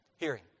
Hearing